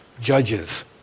Judges